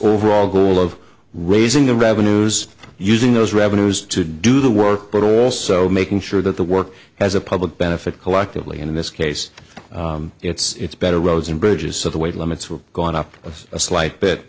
overall goal of raising the revenues using those revenues to do the work but also making sure that the work has a public benefit collectively and in this case it's better roads and bridges so the weight limits were gone up a slight bit